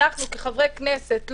כחברי כנסת,